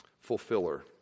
fulfiller